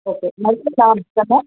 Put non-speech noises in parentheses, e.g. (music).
okay (unintelligible) large தானே